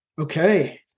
Okay